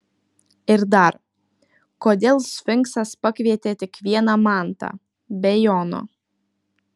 ir dar kodėl sfinksas pakvietė tik vieną mantą be jono